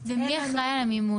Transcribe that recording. ומי בעצם אחראי על המימון?